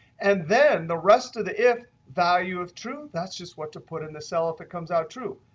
and then the rest of the if value of true, that's just what to put in the cell if it comes out true.